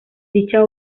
dicha